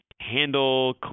handle